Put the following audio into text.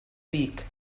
vic